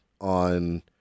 on